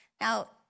Now